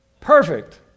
perfect